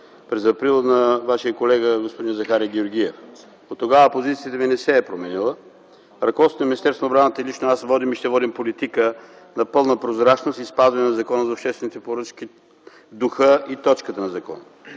през м. април на Вашия колега господин Захари Георгиев. Оттогава опозицията ми не се е променила. Ръководството на Министерството на отбраната и лично аз водим и ще водим политика на пълна прозрачност и спазване на Закона за обществените поръчки в духа и точката на закона.